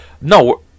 No